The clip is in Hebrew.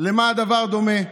למה הדבר דומה?